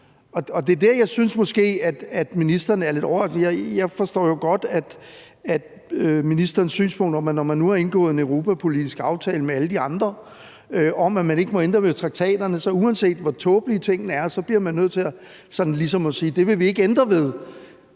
noget et nyt sted uden at inddrage det her. Og jeg forstår jo godt ministerens synspunkt om, at man, når man nu har indgået en europapolitisk aftale med alle de andre om, at man ikke må ændre ved traktaterne, så ligesom også, uanset hvor tåbelige tingene er, bliver nødt til at sige, at det vil man ikke ændre ved.